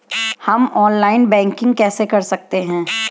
हम online banking कैसे कर सकते हैं?